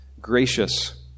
Gracious